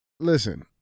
Listen